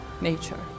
nature